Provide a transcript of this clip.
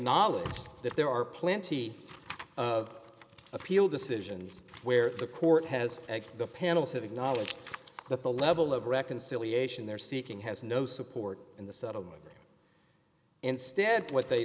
acknowledged that there are plenty of appeal decisions where the court has the panels have acknowledged that the level of reconciliation they're seeking has no support in the settlement but instead what they